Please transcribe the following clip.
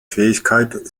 fähigkeit